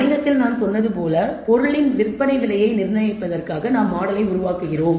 வணிகத்தில் நான் சொன்னது போல பொருளின் விற்பனை விலையை நிர்ணயிப்பதற்காக நாம் மாடலை உருவாக்குகிறோம்